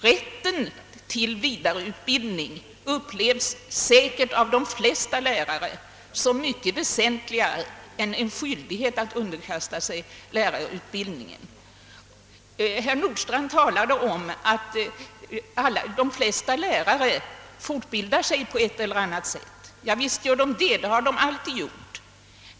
Rätten till vidareutbildning uppleves säkert av de flesta lärare som mycket mera väsentlig än en skyldighet att underkasta sig fortbildning. Herr Nordstrandh sade att de flesta lärare fortbildar sig på ett eller annat sätt. Visst gör de det — det har de alltid gjort.